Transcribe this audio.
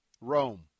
Rome